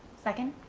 second.